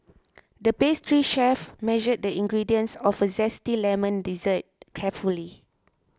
the pastry chef measured the ingredients of a Zesty Lemon Dessert carefully